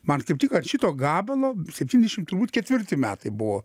man kaip tik an šito gabalo septyniašim turbūt ketvirti metai buvo